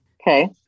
Okay